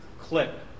clip